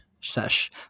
sesh